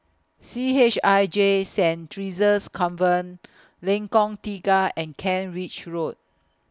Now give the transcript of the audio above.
C H I J Saint Theresa's Convent Lengkong Tiga and Kent Ridge Road